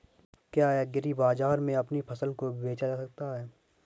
क्या एग्रीबाजार में अपनी फसल को बेचा जा सकता है?